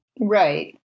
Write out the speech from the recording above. Right